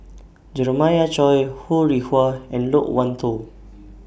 Jeremiah Choy Ho Rih Hwa and Loke Wan Tho